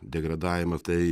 degradavimą tai